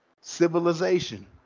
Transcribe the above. Civilization